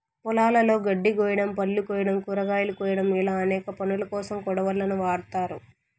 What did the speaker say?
పొలాలలో గడ్డి కోయడం, పళ్ళు కోయడం, కూరగాయలు కోయడం ఇలా అనేక పనులకోసం కొడవళ్ళను వాడ్తారు